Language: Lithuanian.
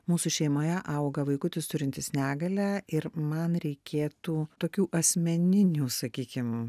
mūsų šeimoje auga vaikutis turintis negalią ir man reikėtų tokių asmeninių sakykim